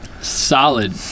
Solid